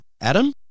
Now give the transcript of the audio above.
Adam